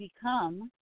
become